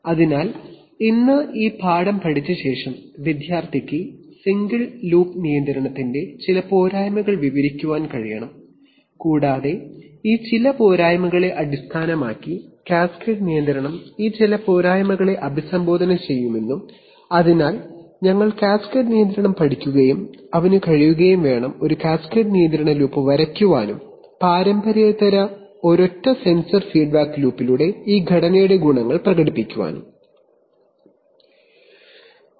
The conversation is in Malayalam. അതിനാൽ ഇന്ന് ഈ പാഠം പഠിച്ച ശേഷം വിദ്യാർത്ഥിക്ക് സിംഗിൾ ലൂപ്പ് നിയന്ത്രണത്തിന്റെ ചില പോരായ്മകൾ വിവരിക്കാൻ കഴിയണം കൂടാതെ ഈ ചില പോരായ്മകളെ അടിസ്ഥാനമാക്കി കാസ്കേഡ് നിയന്ത്രണം ഈ ചില പോരായ്മകളെ അഭിസംബോധന ചെയ്യുമെന്നും അതിനാൽ നമ്മൾ കാസ്കേഡ് നിയന്ത്രണം പഠിക്കുകയുംഅതിലൂടെ ഒരു കാസ്കേഡ് നിയന്ത്രണ ലൂപ്പ് വരയ്ക്കാനും പാരമ്പര്യേതര ഒരൊറ്റ സെൻസർ ഫീഡ്ബാക്ക് ലൂപ്പിലൂടെ ഈ ഘടനയുടെ ഗുണങ്ങൾ പ്രകടിപ്പിക്കാനും കൂടെ കഴിയുകയും വേണം